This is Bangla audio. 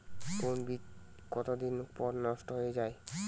কোন বীজ কতদিন পর নষ্ট হয়ে য়ায়?